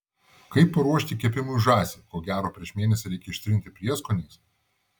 kaip paruošti kepimui žąsį ko gero prieš mėnesį reikia ištrinti prieskoniais